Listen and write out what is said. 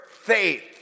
faith